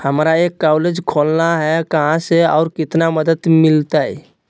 हमरा एक कॉलेज खोलना है, कहा से और कितना मदद मिलतैय?